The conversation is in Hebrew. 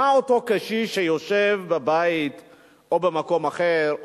מה אותו קשיש שיושב בבית או במקום אחר,